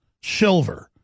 silver